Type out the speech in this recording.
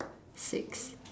six